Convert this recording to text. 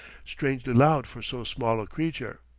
strangely loud for so small a creature.